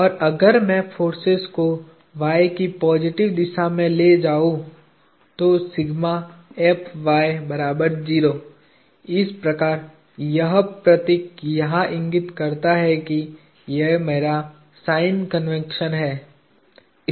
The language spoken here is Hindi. और अगर मैं फोर्सेज को y की पॉजिटिव दिशा में ले जाऊं तो इस प्रकार यह प्रतीक यहाँ इंगित करता है कि ये मेरा साइन कन्वेंशन है